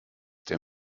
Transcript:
der